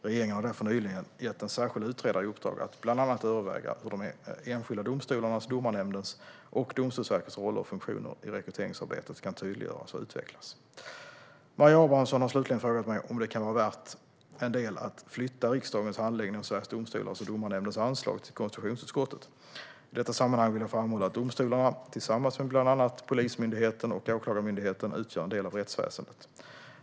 Regeringen har därför nyligen gett en särskild utredare i uppdrag att bland annat överväga hur de enskilda domstolarnas, Domarnämndens och Domstolsverkets roller och funktioner i rekryteringsarbetet kan tydliggöras och utvecklas. Maria Abrahamsson har slutligen frågat mig om det kan vara värt en del att flytta riksdagens handläggning av Sveriges Domstolars och Domarnämndens anslag till konstitutionsutskottet. I detta sammanhang vill jag framhålla att domstolarna, tillsammans med bland annat Polismyndigheten och Åklagarmyndigheten, utgör en del av rättsväsendet.